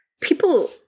people